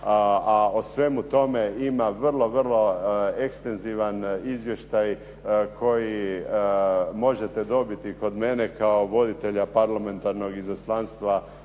a o svemu tome ima vrlo, vrlo ekstenzivan izvještaj koji možete dobiti kod mene kao voditelja Parlamentarnog izaslanstva